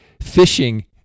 fishing